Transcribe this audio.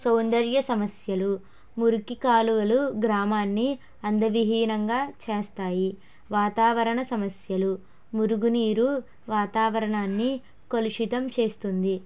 సౌందర్య సమస్యలు మురికి కాలువలు గ్రామాన్ని అంద విహీనంగా చేస్తాయి వాతావరణ సమస్యలు మురుగునీరు వాతావరణాన్ని కలుషితం చేస్తుంది